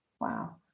Wow